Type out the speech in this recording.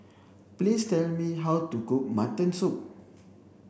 please tell me how to cook mutton soup